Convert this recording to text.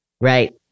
right